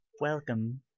Welcome